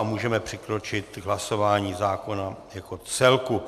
Můžeme přikročit k hlasování zákona jako celku.